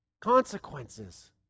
consequences